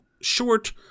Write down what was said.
short